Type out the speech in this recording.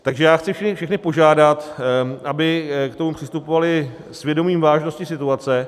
Takže já chci všechny požádat, aby k tomu přistupovali s vědomím vážnosti situace.